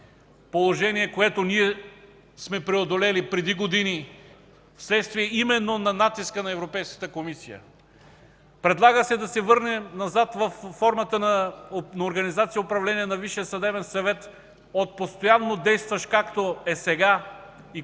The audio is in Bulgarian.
положение, което ние сме преодолели преди години вследствие именно на натиска на Европейската комисия. Предлага се да се върне назад под формата на организация управлението на Висшия съдебен съвет от постоянно действащ, както е сега и